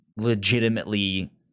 legitimately